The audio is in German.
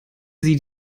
sie